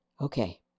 Okay